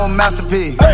masterpiece